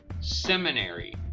seminary